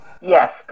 Yes